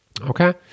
Okay